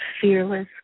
fearless